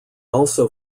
also